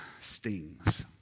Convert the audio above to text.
stings